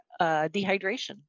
dehydration